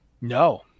no